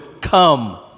come